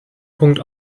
punkt